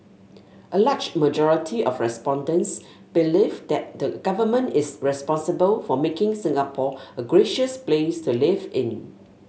a large majority of respondents believe that the government is responsible for making Singapore a gracious place to live in